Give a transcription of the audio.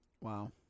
Wow